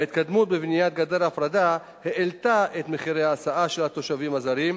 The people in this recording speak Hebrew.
ההתקדמות בבניית גדר ההפרדה העלתה את מחירי ההסעה של התושבים הזרים,